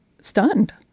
stunned